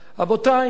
רבותי,